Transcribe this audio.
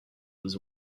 was